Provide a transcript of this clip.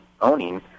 owning